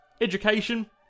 Education